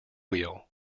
wheel